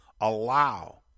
allow